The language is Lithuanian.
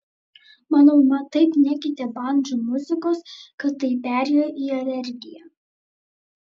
mano mama taip nekentė bandžų muzikos kad tai perėjo į alergiją